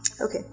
Okay